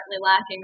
lacking